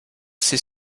ses